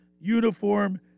uniform